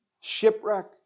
shipwreck